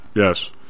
Yes